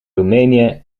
roemenië